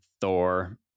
Thor